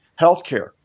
healthcare